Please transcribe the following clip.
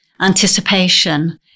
anticipation